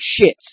shits